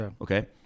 Okay